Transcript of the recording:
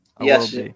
Yes